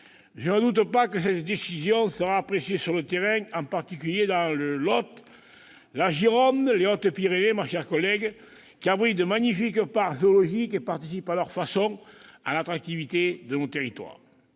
Je ne doute pas que cette décision sera appréciée sur le terrain, en particulier dans le Lot, la Gironde et les Hautes-Pyrénées, ma chère collègue Carrère, qui abritent de magnifiques parcs zoologiques participant à leur façon à l'attractivité de nos territoires.